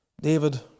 David